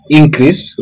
increase